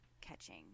catching